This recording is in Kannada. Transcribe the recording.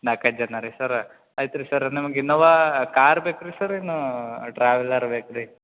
ನಾಲ್ಕೈದು ಜನ ರೀ ಸರ ಆಯ್ತು ರೀ ಸರ ನಿಮಗೆ ಇನೋವಾ ಕಾರ್ ಬೇಕಾ ರಿ ಸರ ಏನು ಟ್ರಾವೆಲರ್ ಬೇಕಾ ರಿ